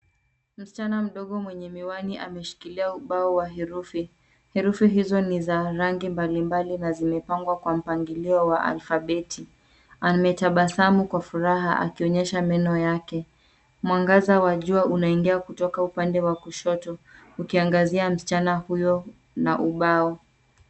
Msichana mdogo mwenye miwani ameshikilia ubao wa herufi. Herufi hizo ni za rangi mbalimbali na zimepangwa kwa mpangilio wa alfabeti. Ametabasamu kwa furaha akionyesha meno yake. Mwangaza wa jua unaingia kutoka upande wa kushoto ukiangazia msichana huyo na ubao.